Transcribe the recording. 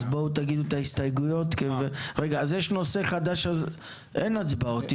אם יש נושא חדש, אין הצבעות.